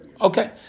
Okay